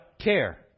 care